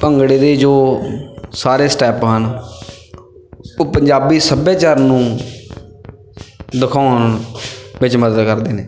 ਭੰਗੜੇ ਦੇ ਜੋ ਸਾਰੇ ਸਟੈਪ ਹਨ ਉਹ ਪੰਜਾਬੀ ਸੱਭਿਆਚਾਰ ਨੂੰ ਦਿਖਾਉਣ ਵਿੱਚ ਮਦਦ ਕਰਦੇ ਨੇ